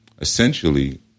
essentially